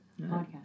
Podcast